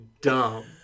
Dumb